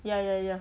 ya ya ya